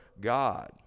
God